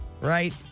right